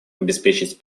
обеспечить